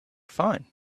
fun